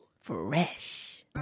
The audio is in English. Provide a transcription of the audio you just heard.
Fresh